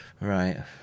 right